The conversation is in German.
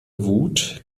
wut